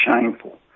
shameful